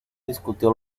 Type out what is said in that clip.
discutió